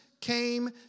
came